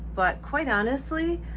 but quite honestly,